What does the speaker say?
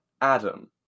Adam